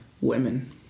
women